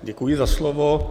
Děkuji za slovo.